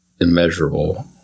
immeasurable